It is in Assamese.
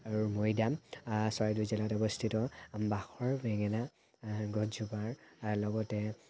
মৈদাম চৰাইদেউ জিলাত অৱস্থিত বাখৰ বেঙেনা গছজোপাৰ লগতে